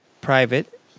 private